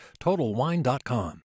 TotalWine.com